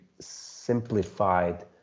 simplified